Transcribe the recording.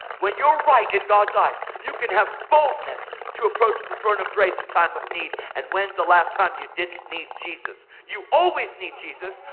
when you're right in god's eyes, you can have boldness to approach the throne of grace in time of need, and when is the last time you didn't need jesus? you always need jesus.